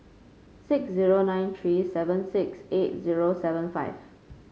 six zero nine three seven six eight zero seven five